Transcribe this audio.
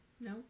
No